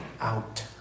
out